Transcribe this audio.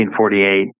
1948